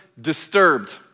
disturbed